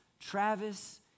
Travis